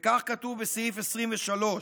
וכך כתוב בסעיף 23: